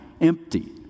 empty